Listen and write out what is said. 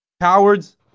Cowards